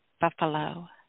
Buffalo